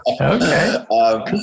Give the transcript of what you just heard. Okay